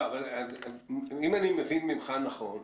אם אני מבין ממך נכון,